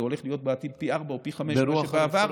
זה הולך להיות בעתיד פי ארבעה או פי חמישה מאשר בעבר,